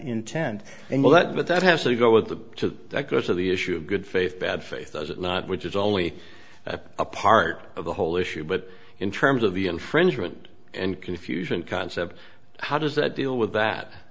intent and all that but that has to go with the course of the issue of good faith bad faith does it not which is only a part of the whole issue but in terms of the infringement and confusion concept how does that deal with that